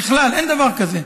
ככלל, אין דבר כזה.